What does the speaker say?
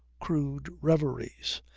crude reveries.